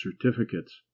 certificates